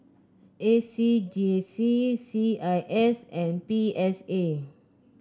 A C J C C I S and P S A